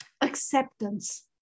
acceptance